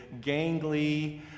gangly